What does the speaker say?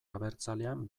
abertzalean